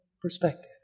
perspective